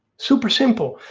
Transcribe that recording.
super simple.